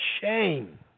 shame